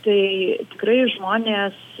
tai tikrai žmonės